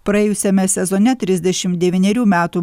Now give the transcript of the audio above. praėjusiame sezone trisdešimt devynerių metų